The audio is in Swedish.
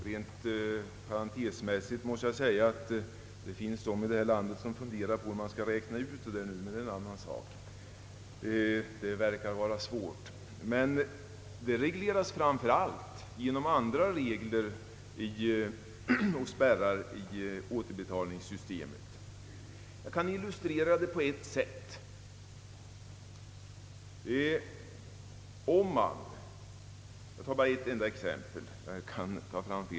Rent parentetiskt måste jag säga att det finns de som nu funderar på hur man skall räkna ut detta. Det verkar vara svårlöst. Men det är en annan sak. Det regleras framför allt genom and ra regler och spärrar i återbetalningssystemet. Jag kan illustrera detta med eti enda exempel.